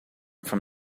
from